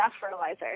fertilizer